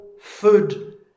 food